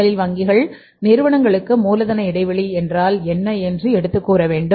முதலில் வங்கிகள் நிறுவனங்களுக்கு மூலதன இடைவெளி என்றால் என்ன என்று எடுத்துக் கூற வேண்டும்